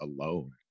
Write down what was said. alone